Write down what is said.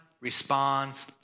responds